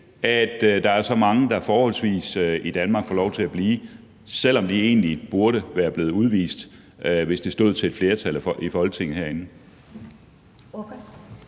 at der er så forholdsvis mange i Danmark, som får lov til at blive, selv om de egentlig burde være blevet udvist, hvis det stod til et flertal herinde